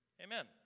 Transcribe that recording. amen